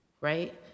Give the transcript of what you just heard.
right